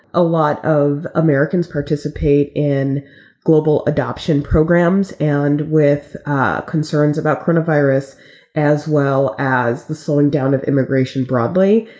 a lot of americans participate in global adoption programs and with concerns about coronavirus as well as the slowing down of immigration broadly,